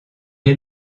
est